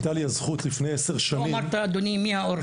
הייתה לי הזכות לפני עשר שנים --- לא הצגת את האורחים,